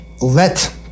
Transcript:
let